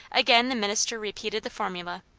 again the minister repeated the formula,